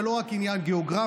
זה לא רק עניין גיאוגרפי,